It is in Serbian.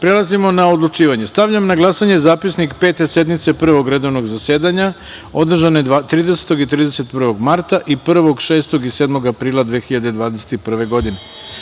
Prelazimo na odlučivanje. Stavljam na glasanje zapisnik Pete sednice Prvog redovnog zasedanja, održane 30. i 31. marta i 1, 6. i 7. aprila 2021. godine. Molim